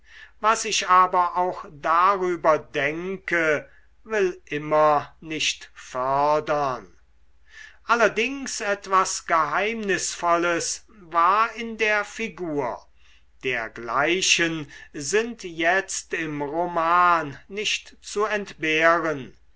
was ich aber auch darüber denke will immer nicht fördern allerdings etwas geheimnisvolles war in der figur dergleichen sind jetzt im roman nicht zu entbehren